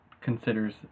considers